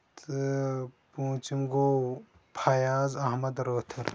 تہٕ پوژِم گوٚو فَیاض احمد رٲتھر